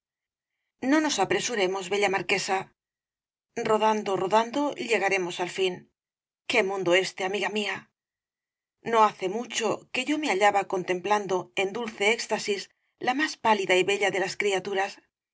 no nos apresuremos bella marquesa rodando rodando llegaremos al fin qué mundo este amiga mía no hace mucho que yo me hallaba contemplando en dulce éxtasis la más pálida y bella de las criaturas